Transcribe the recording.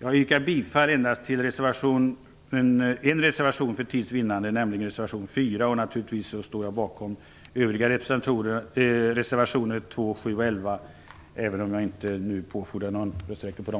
För tids vinnande yrkar jag bifall till endast en reservation, nämligen till reservation 4. Naturligtvis står jag bakom reservationerna 2, 7, och 11, även om jag i de fallen inte påfordrar någon rösträkning.